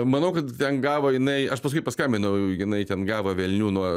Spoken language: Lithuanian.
manau kad ten gavo jinai aš paskui paskambinau jinai ten gavo velnių nuo